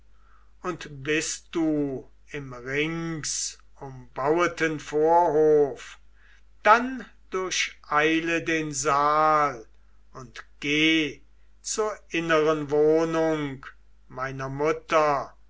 und bist du im ringsumbaueten vorhof dann durcheile den saal und geh zur inneren wohnung meiner mutter